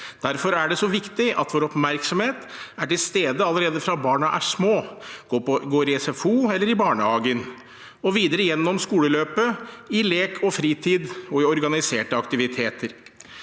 Derfor er det så viktig at vår oppmerksomhet er til stede allerede fra barna er små og går i SFO eller i barnehagen, og videre gjennom skoleløpet, i lek og fritid og i organiserte aktiviteter.